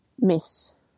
miss